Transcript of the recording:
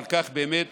על כך באמת